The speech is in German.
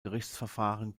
gerichtsverfahren